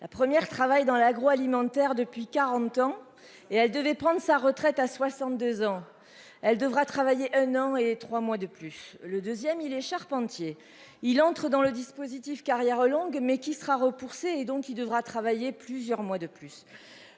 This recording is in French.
La première travaille dans l'agroalimentaire. Depuis 40 ans et elle devait prendre sa retraite à 62 ans elle devra travailler un an et 3 mois de plus. Le deuxième il les charpentiers il entrent dans le dispositif carrières longues mais qui sera repoussée donc il devra travailler plusieurs mois de plus.